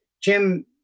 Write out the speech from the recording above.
Jim